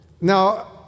Now